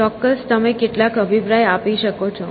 ચોક્કસ તમે કેટલાક અભિપ્રાય આપી શકો છો